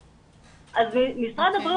שעלו כאן מבחינת ההתמודדות והתפקוד של משרד הבריאות,